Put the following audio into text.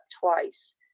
twice